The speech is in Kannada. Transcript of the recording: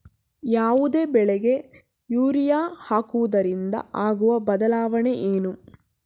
ಯಾವುದೇ ಬೆಳೆಗೆ ಯೂರಿಯಾ ಹಾಕುವುದರಿಂದ ಆಗುವ ಬದಲಾವಣೆ ಏನು?